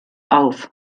auf